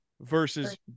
versus